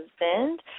husband